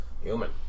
human